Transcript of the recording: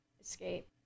escape